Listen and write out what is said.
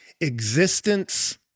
existence